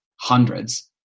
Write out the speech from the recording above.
hundreds